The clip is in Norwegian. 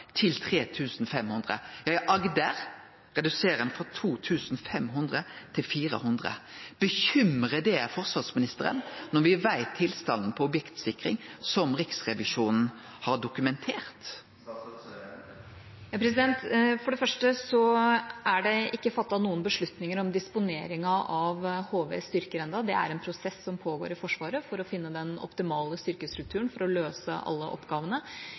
til 400. Bekymrar det forsvarsministeren når vi veit tilstanden for objektsikring, som Riksrevisjonen har dokumentert? For det første er det ikke fattet noen beslutninger om disponeringen av HVs styrker ennå. Det er en prosess som pågår i Forsvaret for å finne den optimale styrkestrukturen for å løse alle oppgavene.